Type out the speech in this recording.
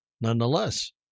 nonetheless